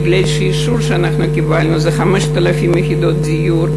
בגלל שהאישור שקיבלנו הוא ל-5,000 יחידות דיור.